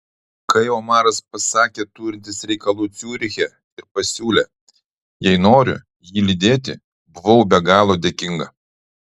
kai omaras pasakė turintis reikalų ciuriche ir pasiūlė jei noriu jį lydėti buvau be galo dėkinga